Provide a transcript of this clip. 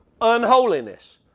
unholiness